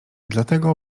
dlatego